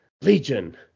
legion